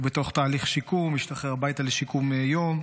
הוא בתוך תהליך שיקום, השתחרר הביתה לשיקום יום.